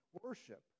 worship